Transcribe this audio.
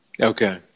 Okay